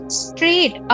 straight